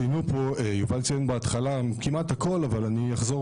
יובל ציין בהתחלה כמעט הכול אבל אני אחזור,